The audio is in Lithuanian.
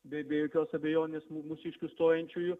be be jokios abejonės mu mūsiškių stojančiųjų